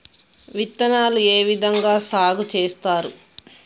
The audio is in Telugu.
విత్తనాలు ఏ విధంగా సాగు చేస్తారు?